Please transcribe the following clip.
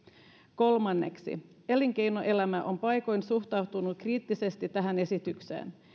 kolmanneksi elinkeinoelämä on paikoin suhtautunut kriittisesti tähän esitykseen